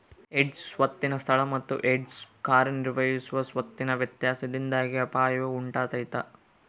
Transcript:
hedge ಸ್ವತ್ತಿನ ಸ್ಥಳ ಮತ್ತು ಹೆಡ್ಜ್ ಕಾರ್ಯನಿರ್ವಹಿಸುವ ಸ್ವತ್ತಿನ ವ್ಯತ್ಯಾಸದಿಂದಾಗಿ ಅಪಾಯವು ಉಂಟಾತೈತ